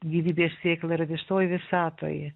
gyvybės sėkla yra visoj visatoje